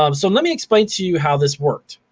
um so let me explain to you how this worked.